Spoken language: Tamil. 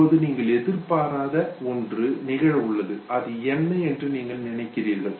இப்பொழுது நீங்கள் எதிர்பாராத ஒன்று நிகழ உள்ளது அது என்ன என்று நீங்கள் நினைக்கிறீர்கள்